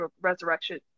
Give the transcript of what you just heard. resurrection